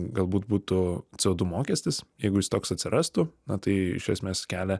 galbūt būtųco do mokestis jeigu jis toks atsirastų na tai iš esmės kelia